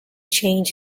change